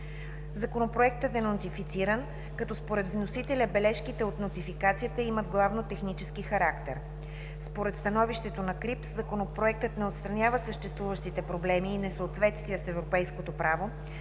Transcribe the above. Законопроектът е нотифициран, като според вносителя бележките от нотификацията имат главно технически характер. Според становището на КРИБ Законопроектът не отстранява съществуващите проблеми и несъответствия с европейското право